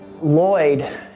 Lloyd